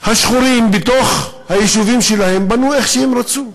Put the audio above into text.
השחורים, בתוך היישובים שלהם, בנו איך שהם רצו.